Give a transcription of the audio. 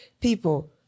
people